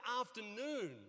afternoon